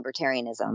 libertarianism